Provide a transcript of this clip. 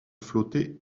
flotter